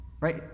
Right